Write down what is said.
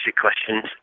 questions